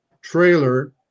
trailer